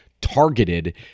targeted